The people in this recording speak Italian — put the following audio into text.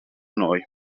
noi